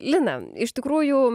lina iš tikrųjų